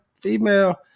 female